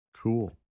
cool